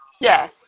Yes